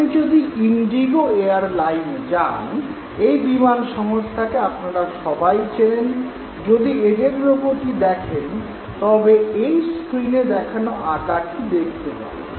আপনি যদি ইন্ডিগো এয়ারলাইনে যান এই বিমান সংস্থাকে আপনারা সবাই চেনেন যদি এদের লোগোটি দেখেন তবে এই স্ক্রীনে দেখানো আকারটি দেখতে পাবেন